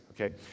okay